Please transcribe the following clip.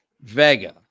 Vega